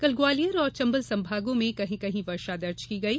कल ग्वालियर और चम्बल संभागों में कहीं कहीं वर्षा दर्ज की गई